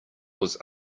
was